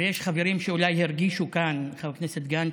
ויש חברים שאולי הרגישו כאן, חבר כנסת גנץ,